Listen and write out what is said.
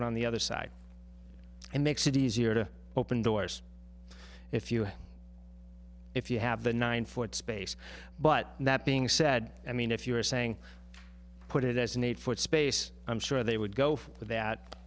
foot on the other side and makes it easier to open doors if you have if you have the nine foot space but that being said i mean if you are saying put it as an eight foot space i'm sure they would go for that